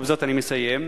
ובזאת אני מסיים,